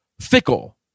fickle